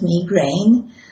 migraine